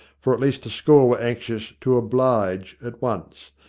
for at least a score were anxious to oblige at once,